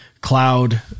cloud